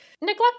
Neglect